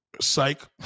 Psych